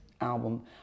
album